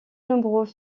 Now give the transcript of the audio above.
nombreux